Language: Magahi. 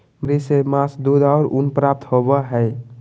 बकरी से मांस, दूध और ऊन प्राप्त होबय हइ